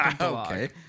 okay